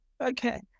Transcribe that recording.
Okay